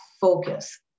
focus